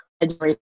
education